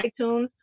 iTunes